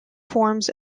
forms